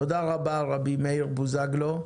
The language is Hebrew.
תודה רבה, רבי מאיר בוזגלו.